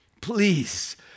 please